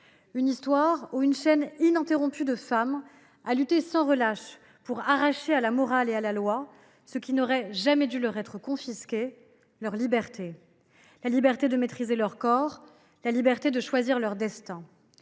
dans laquelle une chaîne ininterrompue de femmes a lutté sans relâche pour arracher à la morale et à la loi ce qui n’aurait jamais dû leur être confisqué : leur liberté, la liberté de maîtriser leur corps, la liberté de choisir leur destin.